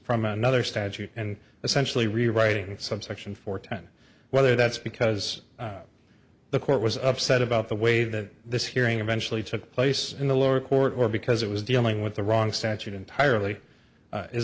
from another statute and essentially rewriting subsection four ten whether that's because the court was upset about the way that this hearing or benchley took place in the lower court or because it was dealing with the wrong statute entirely